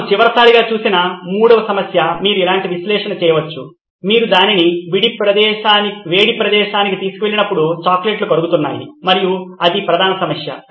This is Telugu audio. మనము చివరిసారిగా చూసిన మూడవ సమస్య మీరు ఇలాంటి విశ్లేషణ చేయవచ్చు మీరు దానిని వేడి ప్రదేశానికి తీసుకువెళ్ళినప్పుడు చాక్లెట్లు కరుగుతున్నాయి మరియు అది ప్రధాన సమస్య